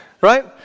right